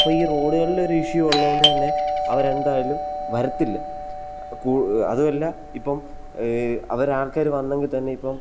അപ്പം ഈ റോഡുകളുടെ ഒരു ഇഷ്യു ഉള്ളതുകൊണ്ട് തന്നെ അവരെന്തായാലും വരത്തില്ല കൂ അതുവല്ല ഇപ്പം അവരെ ആൾക്കാർ വന്നെങ്കിൽ തന്നെ ഇപ്പം